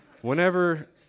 Whenever